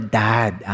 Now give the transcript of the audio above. dad